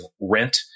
rent